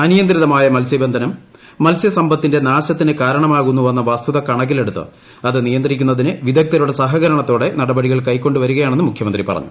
അനിയന്ത്രിതമായ മത്സ്യബന്ധനം മത്സ്യ സമ്പത്തിന്റെ നാശത്തിനു കാരണമാകുന്നുവെന്ന വസ്തുത കണക്കിലടുത്ത് അത് നിയന്ത്രിക്കുന്നതിന് വിദഗ്ധരുടെ സഹകരണത്തോടെ നടപടികൾ കൈക്കൊണ്ടു വരുകയാണെന്നും മുഖ്യമന്ത്രി പറഞ്ഞു